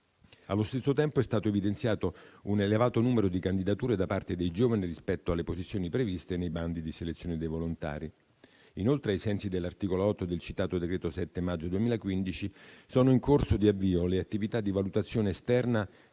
Allo stesso tempo, è stato evidenziato un elevato numero di candidature da parte dei giovani rispetto alle posizioni previste nei bandi di selezione dei volontari. Inoltre, ai sensi dell'articolo 8 del citato decreto 7 maggio 2015, sono in corso di avvio le attività di valutazione esterna